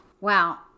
Wow